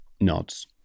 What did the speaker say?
nods